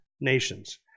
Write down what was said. nations